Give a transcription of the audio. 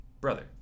brother